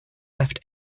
left